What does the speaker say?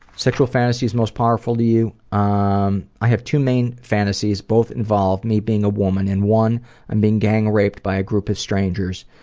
sexual fantasies most powerful to you um i have two main fantasies and both involve me being a woman. in one i am being gang-raped by a group of strangers.